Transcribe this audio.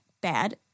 bad